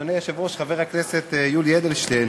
אדוני היושב-ראש, חבר הכנסת יולי אדלשטיין,